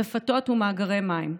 רפתות ומאגרי מים.